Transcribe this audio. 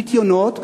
ופיתיונות.